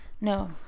No